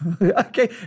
Okay